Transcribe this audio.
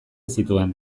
zituen